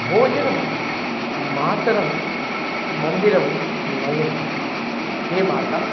भोजनं मातरं मन्दिरं नयन्ति हे मात